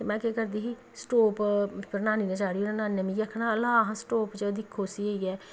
ते में केह् करदी ही स्टोव नानी चे चाढ़ी ओड़ना नानी नै मिगी आखना लां हा स्टोव च दिक्खो जाइयै